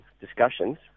discussions